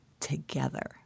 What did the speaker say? together